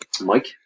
Mike